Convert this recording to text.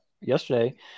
yesterday